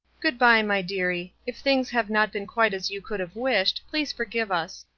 good-bye, my dearie. if things have not been quite as you could have wished, please forgive us.